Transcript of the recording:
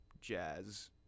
jazz